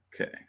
Okay